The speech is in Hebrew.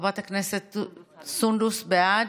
חברת הכנסת סונדוס, בעד,